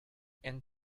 and